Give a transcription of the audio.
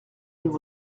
nous